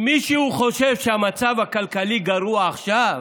אם מישהו חושב שהמצב הכלכלי גרוע עכשיו,